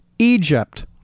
Egypt